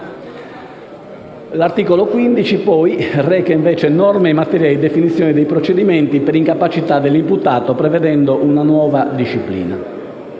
L'articolo 15 reca invece norme in materia di definizione dei procedimenti per incapacità dell'imputato, prevedendo una nuova disciplina.